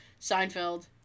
Seinfeld